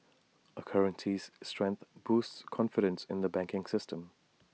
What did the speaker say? A currency's strength boosts confidence in the banking system